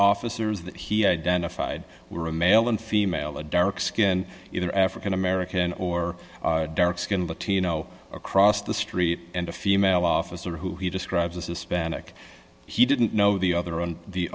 officers that he identified were male and female a dark skinned either african american or dark skinned latino across the street and a female officer who he described as a spanish he didn't know the other on the